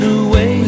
away